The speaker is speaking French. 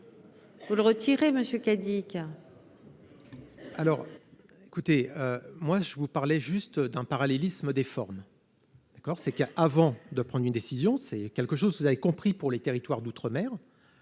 Vous le retirez Monsieur K. Dick. Alors écoutez, moi je vous parlais juste d'un parallélisme des formes, d'accord, c'est que, avant de prendre une décision, c'est quelque chose que vous avez compris, pour les territoires d'outre-mer